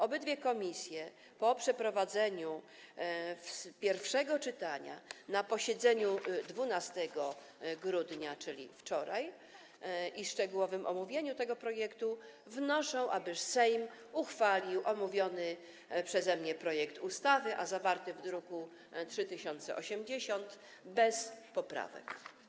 Obydwie komisje po przeprowadzeniu pierwszego czytania na posiedzeniu 12 grudnia, czyli wczoraj, i szczegółowym omówieniu tego projektu, wnoszą, aby Sejm uchwalił omówiony przeze mnie projekt ustawy, zawarty w druku nr 3080, bez poprawek.